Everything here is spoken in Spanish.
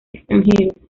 extranjeros